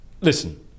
Listen